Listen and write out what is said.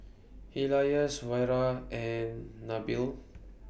Elyas Wira and Nabil